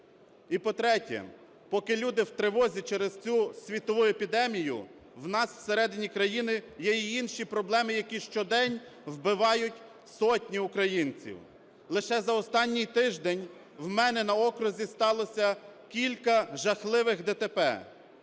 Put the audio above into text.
І по-третє, поки люди в тривозі через цю світову епідемію, в нас всередині країни є й інші проблеми, які щодень вбивають сотні українців. Лише за останній тиждень в мене на окрузі сталося кілька жахливих ДТП: